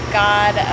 god